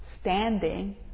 standing